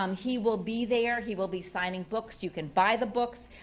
um he will be there. he will be signing books. you can buy the books